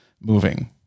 moving